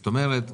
זאת אומרת,